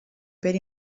per